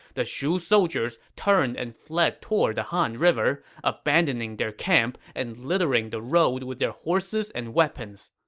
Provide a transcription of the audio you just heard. the shu soldiers turned and fled toward the han river, abandoning their camp and littering the road with their horses and weapons.